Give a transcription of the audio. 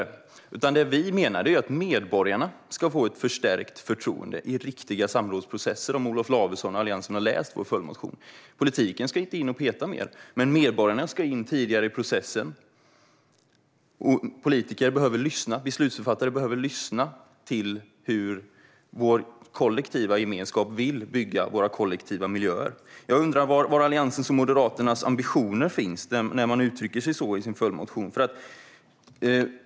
Om Olof Lavesson och Alliansen har läst vår följdmotion vet de att vi menar att medborgarna ska få ett förstärkt förtroende i riktiga samrådsprocesser. Politiken ska inte in och peta mer. Men medborgarna ska in tidigare i processen, och politiker och beslutsfattare behöver lyssna på hur vår kollektiva gemenskap vill bygga våra kollektiva miljöer. Jag undrar var Alliansens och Moderaternas ambitioner finns när de uttrycker sig så i sin följdmotion.